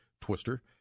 twister